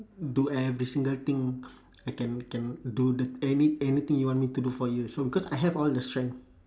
do every single thing I can can do the any~ anything you want me to do for you so because I have all the strength